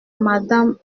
madame